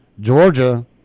Georgia